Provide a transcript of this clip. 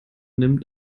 nimmt